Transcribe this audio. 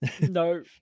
no